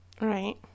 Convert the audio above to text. right